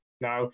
Now